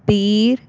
ਵੀਰ